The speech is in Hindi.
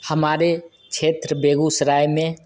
हमारे क्षेत्र बेगूसराय में